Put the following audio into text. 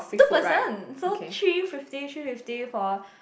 two person so three fifty three fifty for